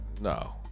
No